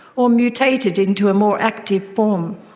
or mutated into a more active form.